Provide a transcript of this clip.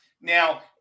Now